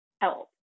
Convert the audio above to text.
help